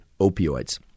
opioids